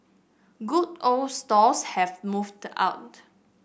good old stalls have moved out